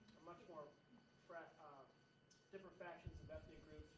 much more ah, different factions of ethnic